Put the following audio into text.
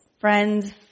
Friends